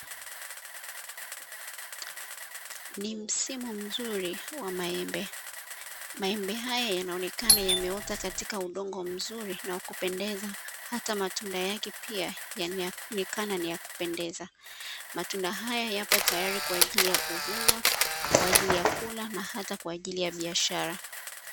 Ni msimu mzuri wa maembe, maembe haya yanaonekana yameota katika udongo mzuri na wakupendeza, hata matunda yake pia yanaonekana ni ya kupendeza. Matunda haya yapo tayari kwa ajili ya kuvunwa, kwa ajili ya kula na hata kwa ajili ya biashara.